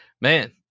man